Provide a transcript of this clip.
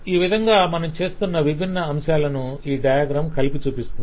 ఈ విధంగా మనం చేస్తున్న విభిన్న అంశాలను ఈ డయాగ్రం కలిపి చూపిస్తుంది